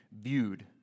viewed